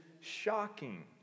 shocking